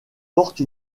porte